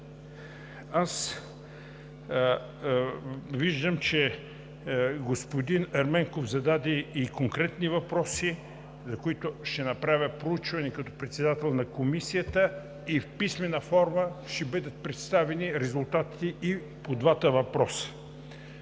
Аз виждам, че господин Ерменков зададе и конкретни въпроси, за които ще направя проучване като председател на Комисията и в писмена форма ще бъдат представени резултатите и по двата въпроса.